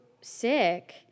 sick